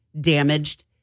damaged